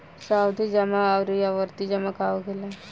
सावधि जमा आउर आवर्ती जमा का होखेला?